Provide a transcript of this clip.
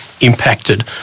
impacted